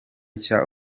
nshya